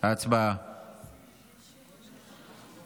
לוועדה לביטחון לאומי נתקבלה.